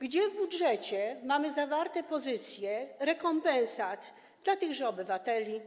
Gdzie w budżecie mamy zawarte pozycje co do rekompensat dla tychże obywateli?